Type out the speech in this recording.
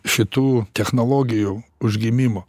šitų technologijų užgimimo